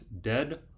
dead